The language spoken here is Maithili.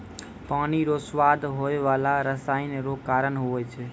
पानी रो स्वाद होय बाला रसायन रो कारण हुवै छै